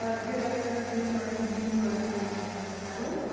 ah good afternoon or evening directors and dr. nyland.